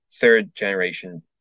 third-generation